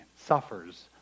suffers